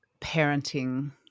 parenting